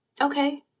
Okay